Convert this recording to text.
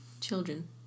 Children